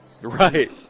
Right